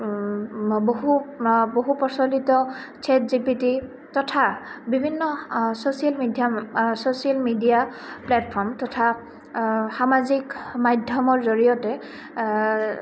বহু বহু প্ৰচলিত চেটজিপিতি তথা বিভিন্ন social media social media platform তথা সামাজিক মাধ্যমৰ জৰিয়তে